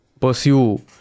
pursue